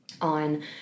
on